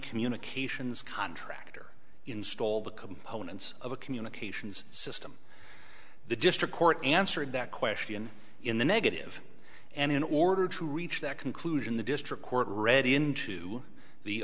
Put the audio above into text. communications contractor install the components of a communications system the district court answered that question in the negative and in order to reach that conclusion the district court read into the